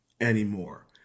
anymore